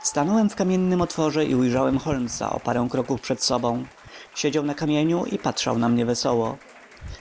stanąłem w kamiennym otworze i ujrzałem holmesa o parę kroków przed sobą siedział na kamieniu i patrzał na mnie wesoło